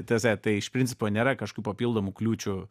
ta prasme tai iš principo nėra kažkokių papildomų kliūčių